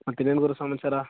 ಮತ್ತು ಇನ್ನೇನು ಗುರು ಸಮಾಚಾರ